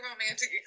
romantic